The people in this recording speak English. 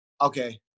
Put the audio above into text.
Okay